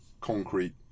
concrete